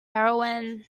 heroine